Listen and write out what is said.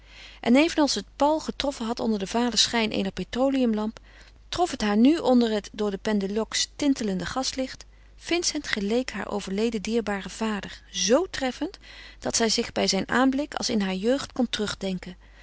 en evenals het paul getroffen had onder den valen schijn eener petroleumlamp trof het haar nu onder het door de pendeloques tintelende gaslicht vincent geleek haar overleden dierbaren vader zoo treffend dat zij zich bij zijn aanblik als in haar jeugd kon terugdenken